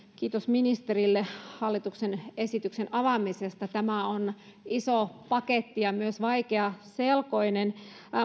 kiitos ministerille hallituksen esityksen avaamisesta tämä on iso paketti ja myös vaikeaselkoinen